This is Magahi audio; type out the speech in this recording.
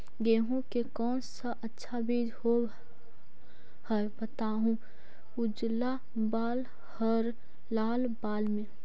गेहूं के कौन सा अच्छा बीज होव है बताहू, उजला बाल हरलाल बाल में?